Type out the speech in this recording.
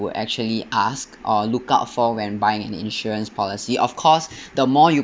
would actually ask or look out for when buying an insurance policy of course the more you